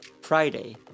Friday